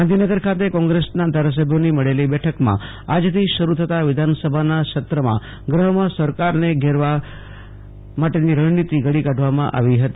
ગાંધીનગર ખાતે કોંગ્રેસના ધારાસભ્યોની મળેલી બેઠકમાં આજથી શરૂ થતાં વિધાનસભાના સત્રમાં ગૃહમાં સરકારને ઘેરવા માટેની રણનીતિ ઘડી કાઢવામાં આવી હતી